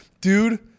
dude